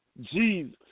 Jesus